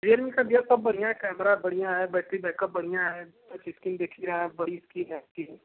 Realme का भैया सब बढ़िया है कैमरा बढ़िया है बैटरी बैकअप बढ़िया है टचइस्क्रीन दिख ही रहा है बड़ी इस्क्रीन है इसकी